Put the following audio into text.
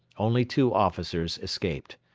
only two officers escaped.